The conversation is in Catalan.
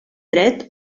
dret